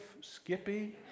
Skippy